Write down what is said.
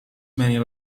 many